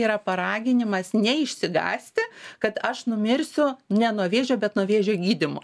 yra paraginimas neišsigąsti kad aš numirsiu ne nuo vėžio bet nuo vėžio gydymo